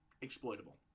exploitable